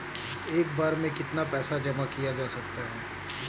एक बार में कितना पैसा जमा किया जा सकता है?